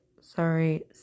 Sorry